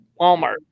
Walmart